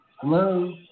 Hello